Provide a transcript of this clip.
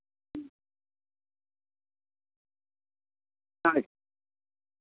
ᱦᱳᱭ